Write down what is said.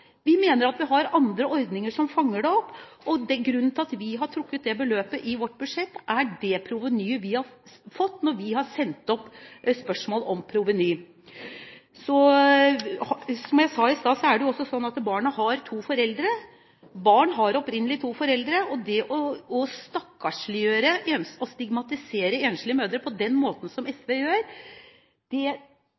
vi mener at vi har andre ordninger som fanger dem opp. Grunnen til at vi har trukket det beløpet i vårt budsjett, er det provenyet vi har fått når vi har sendt inn spørsmål om proveny. Som jeg sa i stad, så er det slik at barnet har to foreldre – barn har opprinnelig to foreldre – og jeg mener det er helt galt å stakkarsliggjøre og stigmatisere enslige mødre på den måten som